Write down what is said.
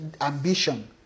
ambition